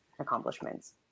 accomplishments